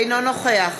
אינו נוכח